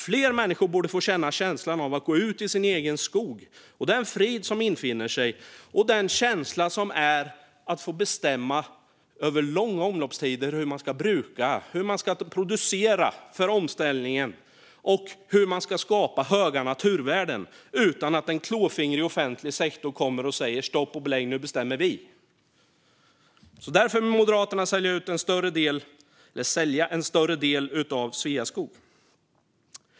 Fler människor borde få uppleva känslan av att gå ut i sin egen skog, känna den frid som infinner sig och få känslan det innebär att få bestämma hur man ska bruka skogen över långa omloppstider, producera för omställningen och skapa höga naturvärden utan att en klåfingrig offentlig sektor kommer och säger: Stopp och belägg, nu bestämmer vi! Därför vill Moderaterna sälja en större del av Sveaskog.